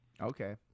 Okay